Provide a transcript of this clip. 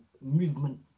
movement